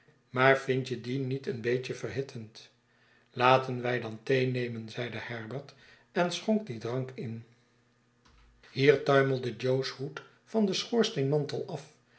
maar vindt je die niet een beetje verhittend laten wij dan thee nemen zeide herbert en schonk dien drank in hiertuimelde jo's hoed van den schoorsteenmantel af